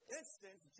instance